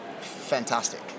fantastic